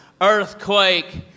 earthquake